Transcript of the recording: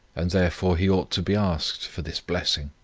and therefore he ought to be asked for this blessing.